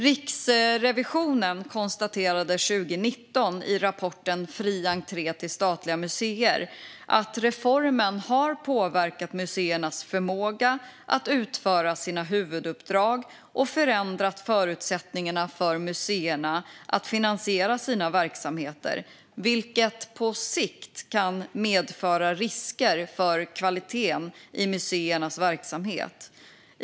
Riksrevisionen konstaterade 2019 i rapporten Fri entré till statliga museer att reformen har påverkat museernas förmåga att utföra sina huvuduppdrag och förändrat förutsättningarna för museerna att finansiera sina verksamheter, vilket på sikt kan medföra risker för kvaliteten i museernas verksamhet.